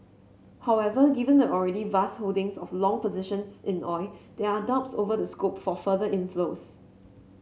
however given the already vast holdings of long positions in oil there are doubts over the scope for further inflows